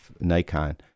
Nikon